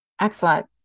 excellent